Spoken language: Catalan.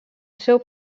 seu